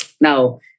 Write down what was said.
Now